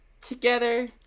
Together